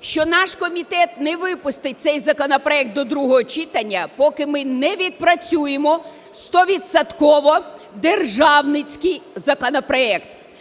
що наш комітет не випустить цей законопроект до другого читання, поки ми не відпрацюємо стовідсотково державницький законопроект.